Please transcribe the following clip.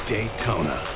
Daytona